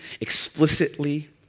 explicitly